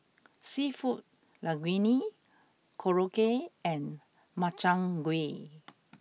Seafood Linguine Korokke and Makchang gui